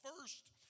first